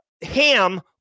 ham